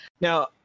Now